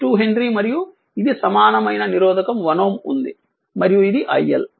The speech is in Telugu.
2 హెన్రీ మరియు ఇది సమానమైన నిరోధకం 1 Ω ఉంది మరియు ఇది iL